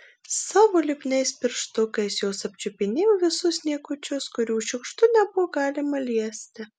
savo lipniais pirštukais jos apčiupinėjo visus niekučius kurių šiukštu nebuvo galima liesti